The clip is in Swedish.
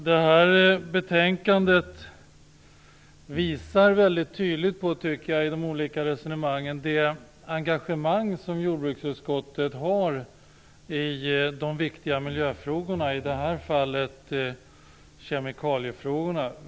Herr talman! De olika resonemangen i det här betänkandet visar tydligt, tycker jag, det engagemang som jordbruksutskottet har i de viktiga miljöfrågorna, i det här fallet kemikaliefrågorna.